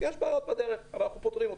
יש בעיות בדרך ואנחנו נשתדל לפותרן.